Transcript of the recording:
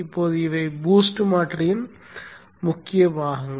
இப்போது இவை பூஸ்ட் மாற்றியின் முக்கிய கூறுகள்